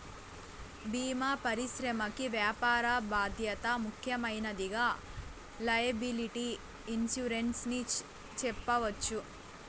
భీమా పరిశ్రమకి వ్యాపార బాధ్యత ముఖ్యమైనదిగా లైయబిలిటీ ఇన్సురెన్స్ ని చెప్పవచ్చు